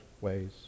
ways